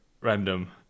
random